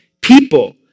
people